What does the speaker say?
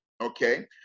okay